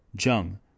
Jung